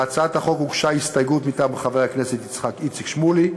להצעת החוק הוגשה הסתייגות מטעם חבר הכנסת איציק שמולי,